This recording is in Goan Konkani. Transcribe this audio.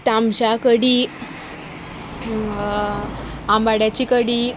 तामशा कडी आंबाड्याची कडी